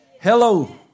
Hello